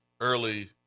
early